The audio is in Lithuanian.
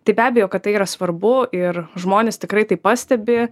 tai be abejo kad tai yra svarbu ir žmonės tikrai tai pastebi